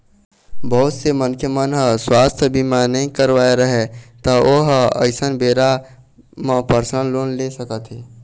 बहुत से मनखे मन ह सुवास्थ बीमा नइ करवाए रहय त ओ ह अइसन बेरा म परसनल लोन ले सकत हे